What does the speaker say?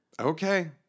Okay